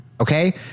okay